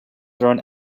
thrown